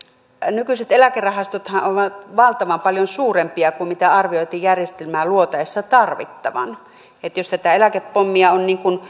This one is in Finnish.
nykyiset eläkerahastothan ovat valtavan paljon suurempia kuin mitä arvioitiin järjestelmää luotaessa tarvittavan jos tätä eläkepommia on